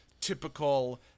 typical